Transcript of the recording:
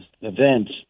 events